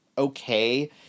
okay